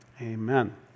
amen